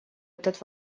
этот